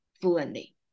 fluently